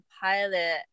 pilot